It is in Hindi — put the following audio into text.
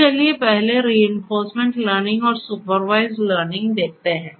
तो चलिए पहले रिइंफोर्समेंट लर्निंग और सुपरवाइज्ड लर्निंग देखते हैं